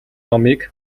номыг